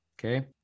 Okay